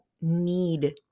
need